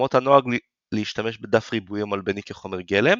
למרות הנוהג להשתמש בדף ריבועי או מלבני כחומר גלם,